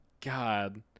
god